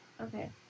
Okay